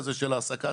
לא מזמן ישב כאן,